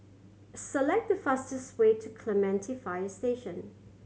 select the fastest way to Clementi Fire Station